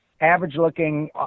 average-looking